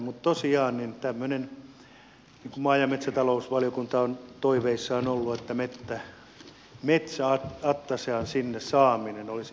mutta tosiaan tämmöisen mikä maa ja metsätalousvaliokunnan toiveissa on ollut metsäattasean saaminen sinne olisi erityisen tärkeätä